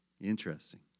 Interesting